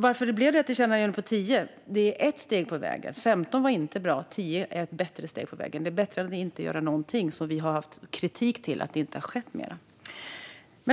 Att det blev ett tillkännagivande om 10 är ett steg på vägen. 15 var inte bra; 10 är ett bättre steg på vägen. Det är bättre än att inte göra någonting. Vi har haft kritik mot att det inte skett mer.